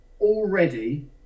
already